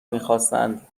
میخواستند